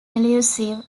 elusive